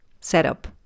Setup